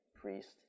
priest